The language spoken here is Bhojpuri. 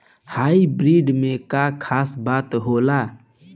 हाइब्रिड में का खास बात होला?